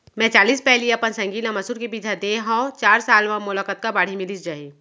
मैं चालीस पैली अपन संगी ल मसूर के बीजहा दे हव चार साल म मोला कतका बाड़ही मिलिस जाही?